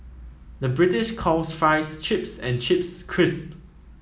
the British calls fries chips and chips crisp